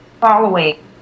following